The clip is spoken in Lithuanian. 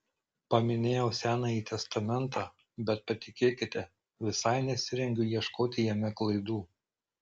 paminėjau senąjį testamentą bet patikėkite visai nesirengiu ieškoti jame klaidų